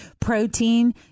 protein